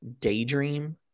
daydream